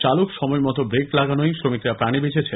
চালক সময়মত ব্রেক লাগানোয় শ্রমিকরা প্রাণে বেঁচেছেন